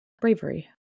bravery